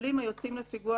מחבלים היוצאים לפיגוע,